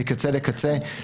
מקצה לקצה.